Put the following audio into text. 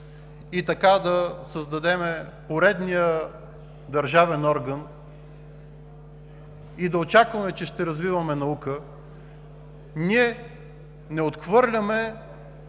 и така да създадем поредния държавен орган и да очакваме, че ще развиваме наука? Ние не отхвърляме